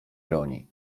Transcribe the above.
broni